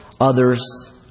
Others